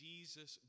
Jesus